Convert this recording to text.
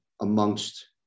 amongst